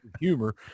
humor